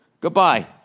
Goodbye